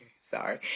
sorry